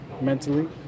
mentally